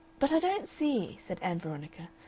but i don't see, said ann veronica,